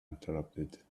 interrupted